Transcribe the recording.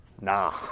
nah